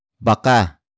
baka